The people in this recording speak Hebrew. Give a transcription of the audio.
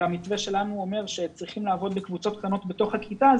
והמתווה שלנו אומר שצריכים לעבוד בקבוצות קטנות בתוך הכיתה,